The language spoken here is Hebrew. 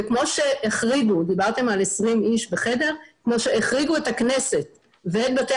כמו שהחריגו דיברתם על 20 אנשים בחדר - את הכנסת ואת בתי